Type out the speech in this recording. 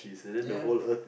ya